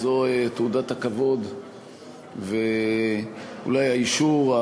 זו תעודת הכבוד ואולי האישור,